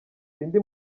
sindi